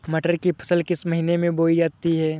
मटर की फसल किस महीने में बोई जाती है?